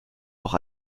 auch